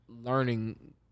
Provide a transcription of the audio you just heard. learning